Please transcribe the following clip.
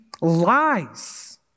lies